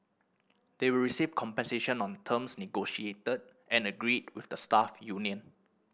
they will receive compensation on terms negotiated and agreed with the staff union